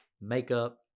makeup